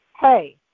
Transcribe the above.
Hey